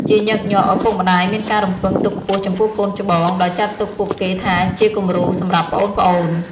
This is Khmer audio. ជាញឹកញាប់់ ឪពុកម្ដាយមានការរំពឹងទុកខ្ពស់ចំពោះកូនច្បង ដោយចាត់ទុកពួកគេថាជាគំរូសម្រាប់ប្អូនៗ។